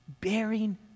bearing